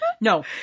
No